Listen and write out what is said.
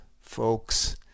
folks